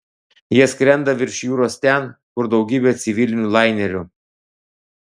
jie skrenda virš jūros ten kur daugybė civilinių lainerių